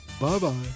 Bye-bye